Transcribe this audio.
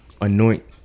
anoint